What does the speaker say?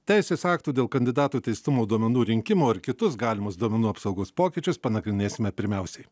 teisės aktų dėl kandidatų teistumą duomenų rinkimo ir kitus galimus duomenų apsaugos pokyčius panagrinėsime pirmiausiai